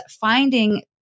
finding